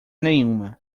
nenhuma